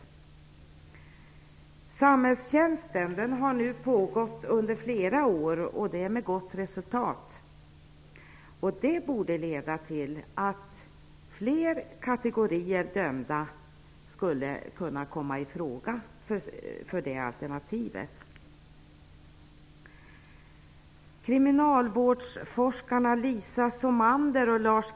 Försöket med samhällstjänst har pågått under flera år, och det med gott resultat. Detta borde leda till att fler kategorier dömda skulle kunna komma i fråga för det alternativet.